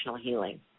healing